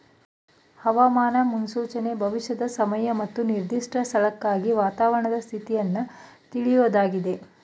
ಹವಾಮಾನ ಮುನ್ಸೂಚನೆ ಭವಿಷ್ಯದ ಸಮಯ ಮತ್ತು ನಿರ್ದಿಷ್ಟ ಸ್ಥಳಕ್ಕಾಗಿ ವಾತಾವರಣದ ಸ್ಥಿತಿನ ತಿಳ್ಯೋದಾಗಿದೆ